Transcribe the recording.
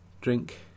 drink